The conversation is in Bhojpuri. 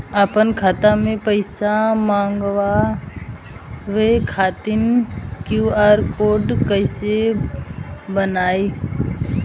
आपन खाता मे पईसा मँगवावे खातिर क्यू.आर कोड कईसे बनाएम?